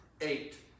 eight